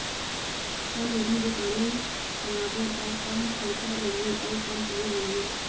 कौन विधि ले पानी पलोबो त कम खरचा लगही अउ कम पानी लगही?